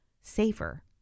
safer